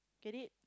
get it